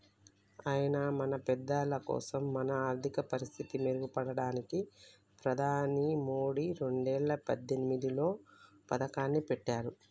అయినా మన పెద్దలకోసం మన ఆర్థిక పరిస్థితి మెరుగుపడడానికి ప్రధాని మోదీ రెండేల పద్దెనిమిదిలో పథకాన్ని పెట్టారు